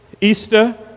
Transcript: Easter